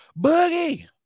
Boogie